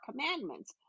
commandments